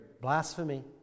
blasphemy